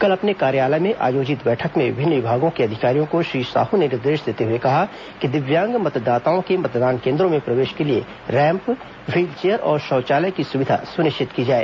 कल अपने कार्यालय में आयोजित बैठक में विभिन्न विभागों के अधिकारियों को श्री साहू ने निर्देश देते हुए कहा कि दिव्यांग मतदाताओं के मतदान केंद्रों में प्रवेश के लिए रैम्प व्हील चेयर और शौचालय की सुविधा सुनिश्चित की जाए